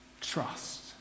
Trust